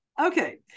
okay